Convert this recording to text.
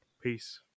Peace